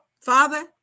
Father